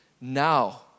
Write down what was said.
now